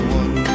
one